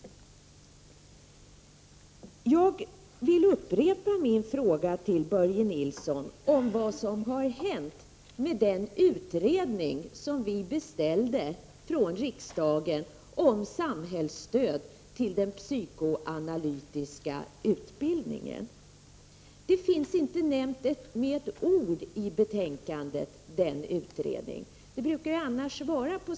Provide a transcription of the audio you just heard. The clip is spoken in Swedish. Jag vill upprepa min fråga till Börje Nilsson om vad som har hänt med den utredning om samhällsstöd till psykoanalytiska utbildningen som vi från riksdagens sida beställde. Den utredningen nämns inte med ett ord i betänkandet.